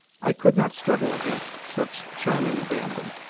i could not struggle against such charming abandon,